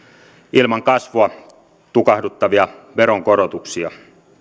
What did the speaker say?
ilman kasvua tukahduttavia veronkorotuksia